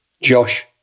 Josh